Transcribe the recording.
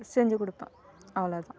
செஞ்சு கொடுப்பேன் அவ்வளோதான்